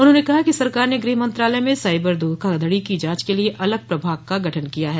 उन्होंने कहा कि सरकार ने गृह मंत्रालय में साइबर धोखाधड़ी की जांच के लिए अलग प्रभाग का गठन किया है